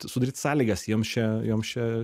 sudaryt sąlygas jiems čia joms čia